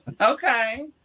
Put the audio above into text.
Okay